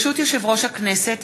ברשות יושב-ראש הכנסת,